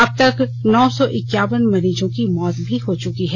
अब तक नौ सौ एकावन मरीजों की मौत भी हो चुकी है